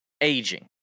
aging